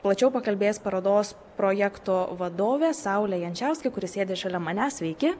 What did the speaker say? plačiau pakalbės parodos projekto vadovė saulė jančiauskė kuri sėdi šalia manęs sveiki